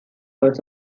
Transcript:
was